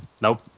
Nope